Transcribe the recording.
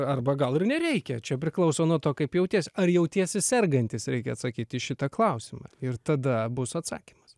arba gal ir nereikia čia priklauso nuo to kaip jautiesi ar jautiesi sergantis reikia atsakyt į šitą klausimą ir tada bus atsakymas